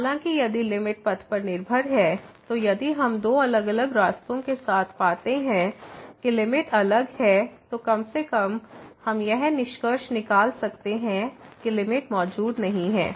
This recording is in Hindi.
हालाँकि यदि लिमिट पथ पर निर्भर है तो यदि हम दो अलग अलग रास्तों के साथ पाते हैं कि लिमिट अलग है तो कम से कम हम यह निष्कर्ष निकाल सकते हैं कि लिमिट मौजूद नहीं है